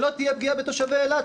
שלא תהיה פגיעה בתושבי אילת,